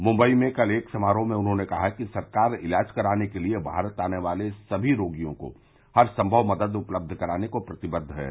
मुंबई में कल एक समारोह में उन्होंने कहा कि सरकार इलाज कराने के लिए भारत आने वाले समी रोगियों को हर संभव मदद उपलब्ध कराने को प्रतिबद्व है